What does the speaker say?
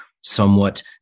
somewhat